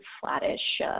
flattish